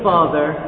Father